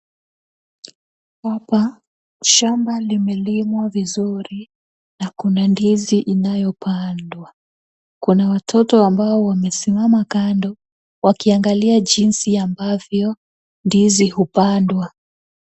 Hapa, shamba limelimwa vizuri na kuna ndizi inayopandwa. Kuna watoto ambao wamesimama kando, wakiangalia jinsi ambavyo ndizi hupandwa.